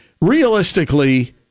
Realistically